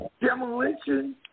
Demolition